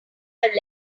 have